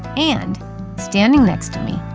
and standing next to me,